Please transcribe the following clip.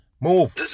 move